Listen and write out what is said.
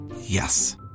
Yes